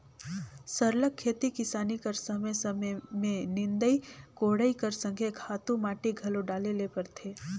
सरलग खेती किसानी कर समे समे में निंदई कोड़ई कर संघे खातू माटी घलो डाले ले परथे